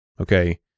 Okay